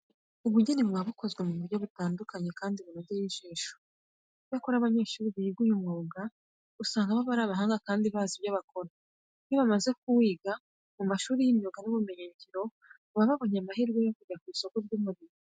Ubugeni buba bukozwe mu buryo butandukanye kandi bunogeye ijisho. Icyakora abanyeshuri biga uyu mwuga, usanga baba ari abahanga kandi bazi ibyo bakora. Iyo bamaze kuwiga mu mashuri y'imyuga n'ubumenyingiro baba babonye amahirwe yo kujya ku isoko ry'umurimo.